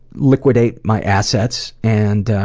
liquidate my assets, and